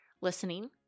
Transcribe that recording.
listening